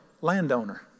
landowner